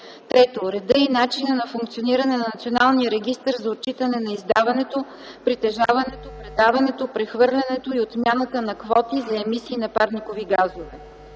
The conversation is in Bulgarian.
3. реда и начина на функциониране на Националния регистър за отчитане на издаването, притежаването, предаването, прехвърлянето и отмяната на квоти за емисии на парникови газове;